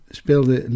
speelde